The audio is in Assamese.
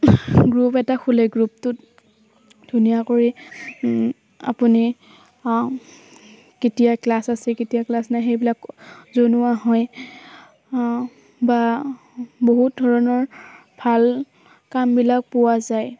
গ্ৰুপ এটা খোলে গ্ৰুপটোত ধুনীয়াকৈ আপুনি কেতিয়া ক্লাছ আছে কেতিয়া ক্লাছ নাই সেইবিলাক জনোৱা হয় বা বহুত ধৰণৰ ভাল কামবিলাক পোৱা যায়